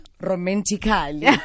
romantically